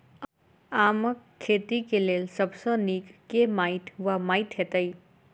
आमक खेती केँ लेल सब सऽ नीक केँ माटि वा माटि हेतै?